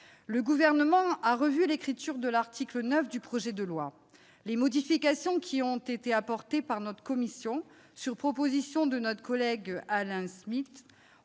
Le Gouvernement a revu la rédaction de l'article 9 du projet de loi. Les modifications qui y ont été apportées par notre commission, sur proposition de notre collège Alain Schmitz,